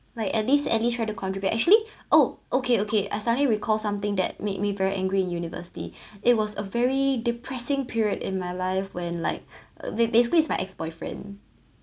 like at least at least try to contribute actually oh okay okay I suddenly recall something that made me very angry in university it was a very depressing period in my life when like ba~ basically is my ex boyfriend